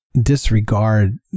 disregard